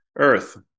Earth